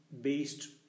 based